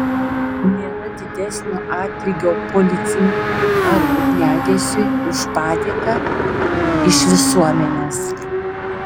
nėra didesnio atlygio policininkui ar ugniagesiui už padėką iš visuomenės